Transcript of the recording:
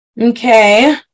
Okay